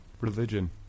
Religion